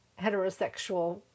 heterosexual